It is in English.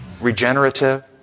regenerative